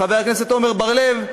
חבר הכנסת עמר בר-לב,